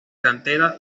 cantera